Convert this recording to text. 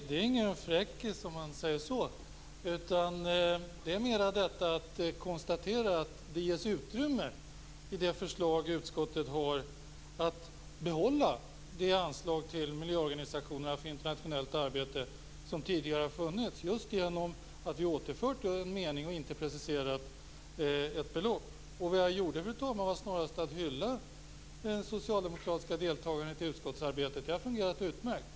Fru talman! Nej, det är ingen fräckis. Jag bara konstaterar att det ges utrymme i utskottets förslag för att behålla det anslag till miljöorganisationerna för internationellt arbete som tidigare har funnits, just genom att vi återfört en mening och inte preciserat ett belopp. Vad jag gjorde, fru talman, var snarast att hylla de socialdemokratiska deltagarna i utskottsarbetet. Detta har fungerat alldeles utmärkt.